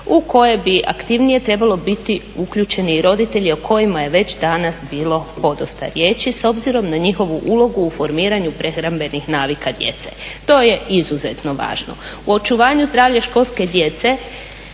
u kojoj bi aktivnije trebalo biti uključeni roditelji o kojima je već danas bilo podosta riječi s obzirom na njihovu ulogu u formiranju prehrambenih navika djece. To je izuzetno važno. U očuvanju zdravlja školske djece,